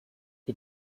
die